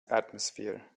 atmosphere